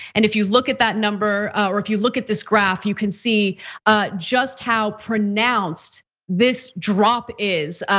and if you look at that number, or if you look at this graph, you can see ah just how pronounced this drop is,